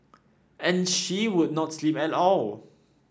and she would not sleep at all